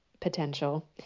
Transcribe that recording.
potential